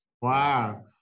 wow